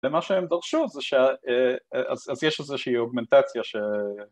‫ומה שהם דרשו זה ש... ‫אז יש איזושהי אוגמנטציה ש...